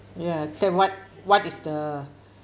ya that what what is the